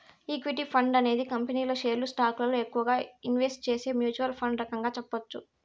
equity fund అనేది కంపెనీల షేర్లు స్టాకులలో ఎక్కువగా ఇన్వెస్ట్ చేసే మ్యూచ్వల్ ఫండ్ రకంగా చెప్పొచ్చు